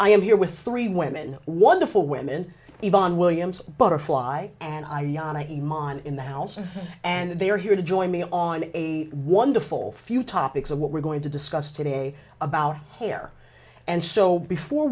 i am here with three women wonderful women even williams butterfly and i yawn a mon in the house and they are here to join me on a wonderful few topics of what we're going to discuss today about hair and so before